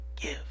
give